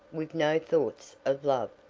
with no thoughts of love?